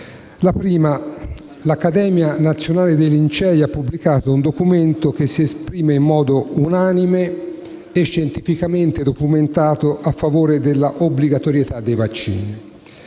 La prima: l'Accademia nazionale dei Lincei ha pubblicato un documento che si esprime in modo unanime e scientificamente documentato a favore dell'obbligatorietà dei vaccini.